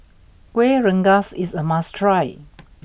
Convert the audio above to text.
Kueh Rengas is a must try